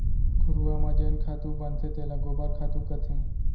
घुरूवा म जेन खातू बनथे तेला गोबर खातू कथें